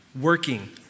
working